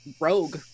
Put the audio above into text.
rogue